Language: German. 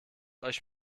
euch